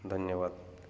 ଧନ୍ୟବାଦ